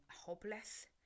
hopeless